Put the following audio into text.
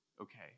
okay